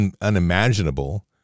unimaginable